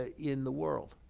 ah in the world.